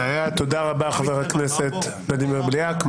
תודה רבה, חבר הכנסת ולדימיר בליאק.